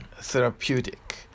therapeutic